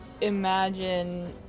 imagine